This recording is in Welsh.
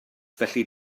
felly